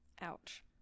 Ouch